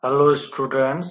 hello students